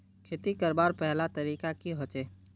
खेती करवार पहला तरीका की होचए?